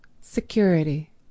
security